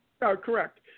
correct